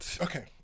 Okay